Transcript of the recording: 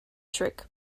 trick